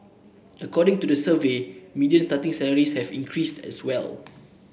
according to the survey median starting salaries have increased as well